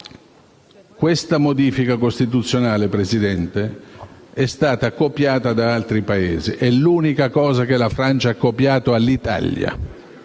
Questa modifica costituzionale, Presidente, è stata copiata da altri Paesi; è l'unica cosa che la Francia ha copiato all'Italia.